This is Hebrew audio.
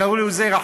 קראו לזה רח"ל,